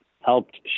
helped